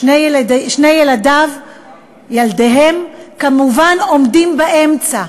שני ילדיו, ילדיהם, כמובן עומדים באמצע.